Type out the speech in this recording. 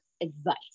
advice